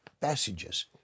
passages